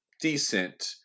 decent